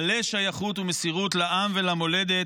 מלא שייכות ומסירות לעם ולמולדת,